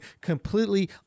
completely